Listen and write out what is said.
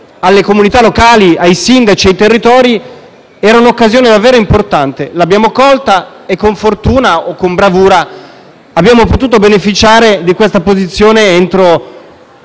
alle comunità locali, ai sindaci e ai territori era un'occasione davvero importante. L'abbiamo colta e con fortuna - o con bravura - abbiamo potuto beneficiare di questa posizione nei